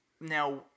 Now